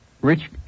Rich